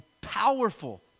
powerful